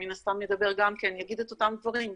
שמן הסתם ידבר גם כן, יגיד את אותם דברים.